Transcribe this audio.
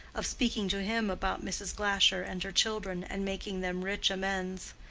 of speaking to him about mrs. glasher and her children, and making them rich amends.